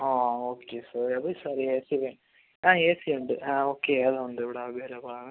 ആ ആ okay sir അത് ചെറിയ എസിയില് ആ എ സി ഉണ്ട് ആ ഓക്കെ അതുണ്ട് ഇവിടെ അവൈലബിളാണ്